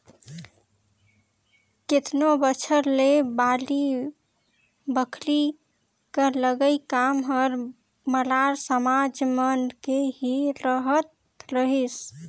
केतनो बछर ले बाड़ी बखरी कर लगई काम हर मरार समाज मन के ही रहत रहिस